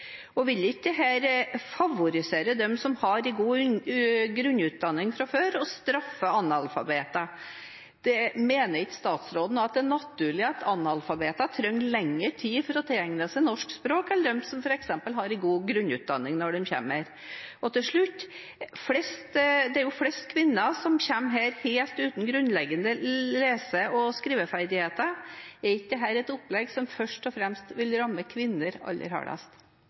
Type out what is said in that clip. Og vil ikke dette favorisere dem som har en god grunnutdanning fra før, og straffe analfabeter? Mener ikke statsråden det er naturlig at analfabeter trenger lengre tid på å tilegne seg norsk språk enn f.eks. dem som har en god grunnutdanning når de kommer? Og til slutt: Det er flest kvinner som kommer hit helt uten grunnleggende lese- og skriveferdigheter. Er ikke dette et opplegg som først og fremst vil ramme kvinner aller hardest?